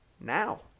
Now